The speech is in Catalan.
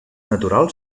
natural